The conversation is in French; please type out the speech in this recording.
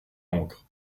encre